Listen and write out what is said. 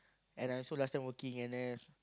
and I also last time working N_S